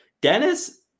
Dennis